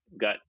got